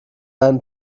einen